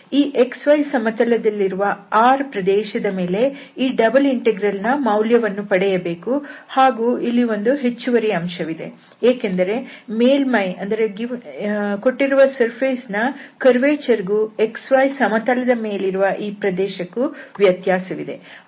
ಈ xy ಸಮತಲದಲ್ಲಿರುವ R ಪ್ರದೇಶದ ಮೇಲೆ ಈ ಡಬಲ್ ಇಂಟೆಗ್ರಲ್ ನ ಮೌಲ್ಯವನ್ನು ಪಡೆಯಬೇಕು ಹಾಗೂ ಇಲ್ಲಿ ಒಂದು ಹೆಚ್ಚುವರಿ ಅಂಶವಿದೆ ಏಕೆಂದರೆ ಈ ಮೇಲ್ಮೈಯ ವಕ್ರತೆಗೂ xy ಸಮತಲದ ಮೇಲಿರುವ ಈ ಪ್ರದೇಶಕ್ಕೂ ವ್ಯತ್ಯಾಸವಿದೆ